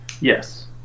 Yes